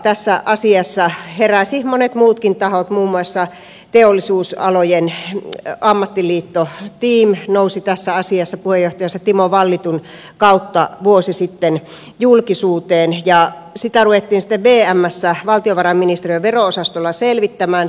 tässä asiassa heräsivät monet muutkin tahot muun muassa teollisuusalojen ammattiliitto team nousi tässä asiassa puheenjohtajansa timo vallitun kautta vuosi sitten julkisuuteen ja sitä ruvettiin sitten vmssä valtiovarainministeriön vero osastolla selvittämään